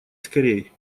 скорей